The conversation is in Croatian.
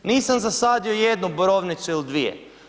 Nisam zasadio jednu borovnicu ili dvije.